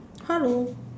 hello